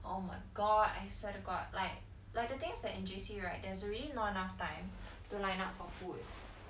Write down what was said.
oh my god I swear to god like like the things that in J_C right there's really not enough time to line up for food